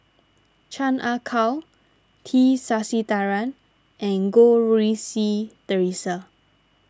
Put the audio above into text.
Chan Ah Kow T Sasitharan and Goh Rui Si theresa